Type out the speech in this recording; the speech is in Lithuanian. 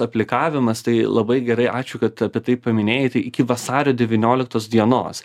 aplikavimas tai labai gerai ačiū kad apie tai paminėjai tai iki vasario devynioliktos dienos